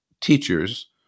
teachers